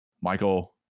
Michael